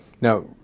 now